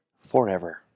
forever